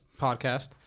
podcast